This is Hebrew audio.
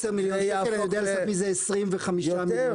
מיליון שקל אני יודע לעשות מזה 20 ו-50 מיליון.